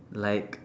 like